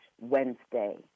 Wednesday